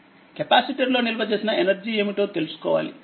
కెపాసిటర్లో నిల్వ చేసిన ఎనర్జీ ఏమిటో తెలుసుకోవాలి